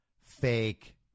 fake